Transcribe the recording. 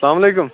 السَلام علیکُم